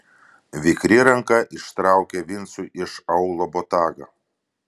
vikri ranka ištraukė vincui iš aulo botagą